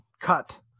cut